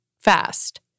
fast